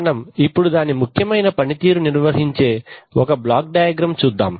మనం ఇప్పుడు దాని ముఖ్యమైన పనితీరు నిర్వచించే బ్లాక్ డయాగ్రమ్ చూద్దాం